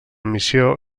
missió